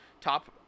top